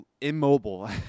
immobile